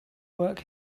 work